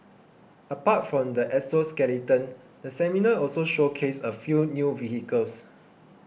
apart from the exoskeleton the seminar also showcased a few new vehicles